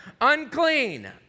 unclean